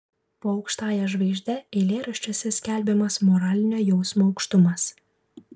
po aukštąja žvaigžde eilėraščiuose skelbiamas moralinio jausmo aukštumas